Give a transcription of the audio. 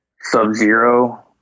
Sub-Zero